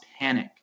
panic